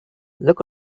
look